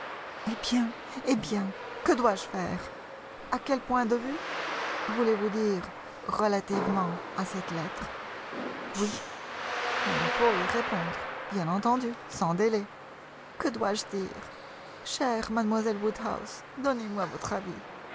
eh bien eh bien que dois-je faire à quel point de vue voulez-vous dire relativement à cette lettre oui mais il faut y répondre bien entendu sans délai que dois-je dire chère mlle woodhouse donnez-moi votre avis